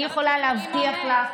אני יכולה להבטיח לך,